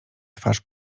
twarz